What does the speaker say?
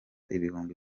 ibihumbi